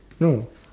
no